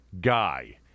guy